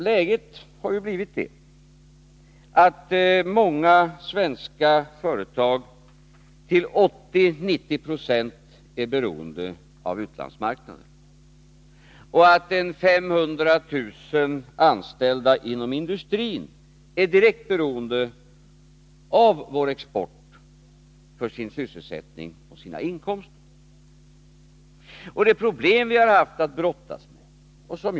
Läget har ju blivit att många svenska företag till mellan 80 och 90 96 är beroende av utlandsmarknaden och att ca 500 000 anställda inom industrin är direkt beroende av vår export för sin sysselsättning och sina inkomster. Vi har haft ett problem att brottas med.